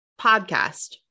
podcast